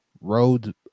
Road